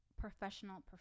professional